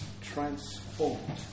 transformed